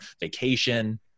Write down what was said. vacation